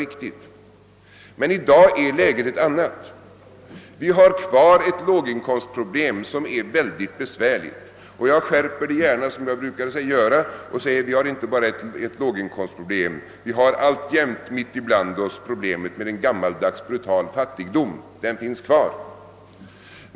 I dag är läget ett annat. Vi har kvar ett mycket besvärligt låginkomstproblem. Jag skärper gärna detta uttalande och säger att vi inte bara har ett låginkomstproblem utan att vi alltjämt mitt ibland oss har problemet med en gammaldags brutal fattigdom — den finns kvar.